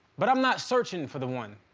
but i'm not searching for the one,